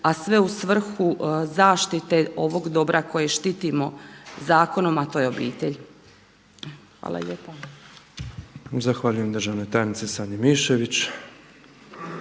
a sve u svrhu zaštite ovog dobra koje štitimo zakonom, a to je obitelj. Hvala lijepa. **Petrov, Božo (MOST)** Zahvaljujem državnoj tajnici Sanji MIšević.